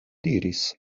diris